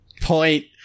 point